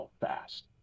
fast